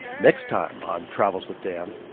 next time on travels with dan.